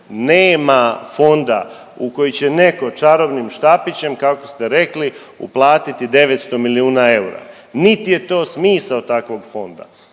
nema fonda u koji će neko čarobnim štapićem kako ste rekli uplatiti 900 milijuna eura, niti je to smisao takvog fonda,